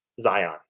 Zion